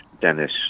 dennis